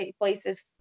places